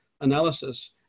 analysis